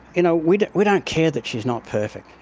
you know we we don't care that she is not perfect.